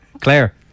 Claire